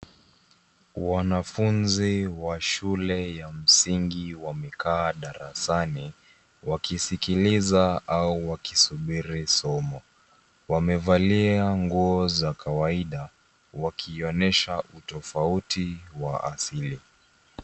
Wanafunzi wa shule ya msingi wamekaa darasani wakisikiliza au wakisubiri somo. Wamevalia nguo za kawaida wakionyesha utofauti wa asili.